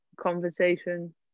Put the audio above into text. conversation